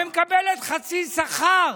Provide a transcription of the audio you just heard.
שמקבלת חצי שכר,